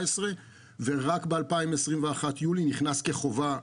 ורק ביולי 2021 נכנס כחובה.